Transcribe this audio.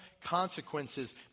consequences